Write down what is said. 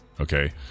Okay